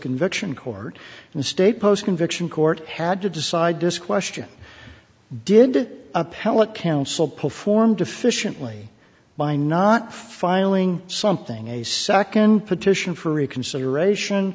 conviction court and state post conviction court had to decide this question did appellate counsel performed efficiently by not filing something a second petition for reconsideration